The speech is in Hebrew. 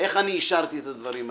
איך אני אישרתי את הדברים האלה.